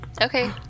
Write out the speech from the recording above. Okay